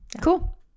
Cool